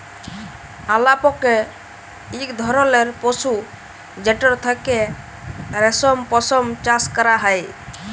আলাপকে ইক ধরলের পশু যেটর থ্যাকে রেশম, পশম চাষ ক্যরা হ্যয়